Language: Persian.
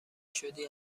شدی